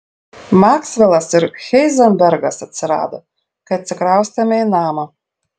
maksvelas ir heizenbergas atsirado kai atsikraustėme į namą